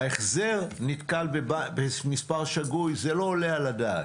ההחזר נתקל במספר שגוי זה לא עולה על הדעת.